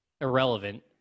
irrelevant